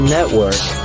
Network